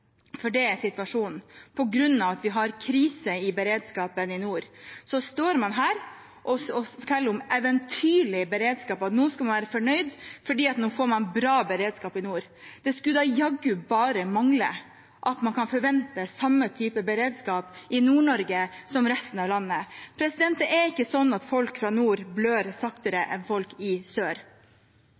for det er situasjonen – på grunn av at vi har krise i beredskapen i nord, står man her og forteller om eventyrlig beredskap, at nå skal man være fornøyd fordi man nå får bra beredskap i nord. Det skulle da jaggu bare mangle at man ikke kunne forvente samme type beredskap i Nord-Norge som i resten av landet! Det er ikke sånn at folk fra nord blør saktere enn folk i sør.